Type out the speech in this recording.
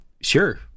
sure